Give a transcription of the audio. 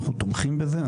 אנחנו תומכים בזה,